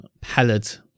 palette